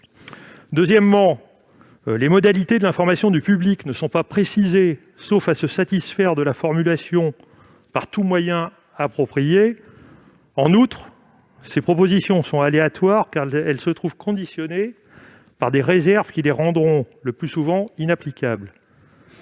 De plus, les modalités de l'information du public ne sont pas précisées, sauf à se satisfaire de la formulation « par tout moyen approprié ». En outre, ces protections sont aléatoires, car elles se trouvent conditionnées par des réserves qui les rendront le plus souvent inapplicables.